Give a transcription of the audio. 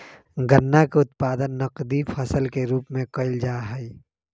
गन्ना के उत्पादन नकदी फसल के रूप में कइल जाहई